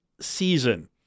season